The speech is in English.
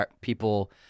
people